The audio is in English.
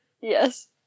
Yes